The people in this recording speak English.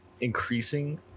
increasing